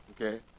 Okay